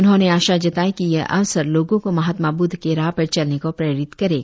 उन्होंने आशा जताई कि यह अवसर लोगों को महात्मा ब्रद्ध के राह पर चलने को प्रेरित करेगा